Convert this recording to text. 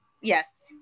Yes